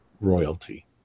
royalty